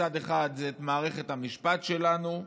מצד אחד זה את מערכת המשפט שלנו,